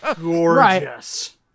gorgeous